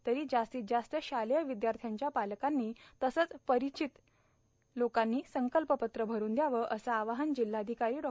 तरी जास्तीत जास्त शालेय विदयार्थ्यांच्या पालकांनी तसंच परिचय संकल्पपत्र भरून दयावे अवं आवाहन जिल्हाधिकारी डॉ